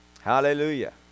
Hallelujah